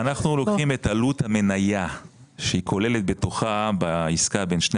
אנחנו לוקחים את עלות המניה שהיא כוללת בתוכה בעסקה בין שני